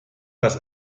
das